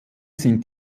sind